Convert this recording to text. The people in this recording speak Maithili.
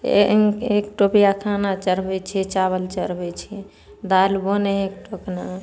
एक टोपिया खाना चढ़बै छियै चावल चढ़बै छियै दालि बनै हइ एक टोकना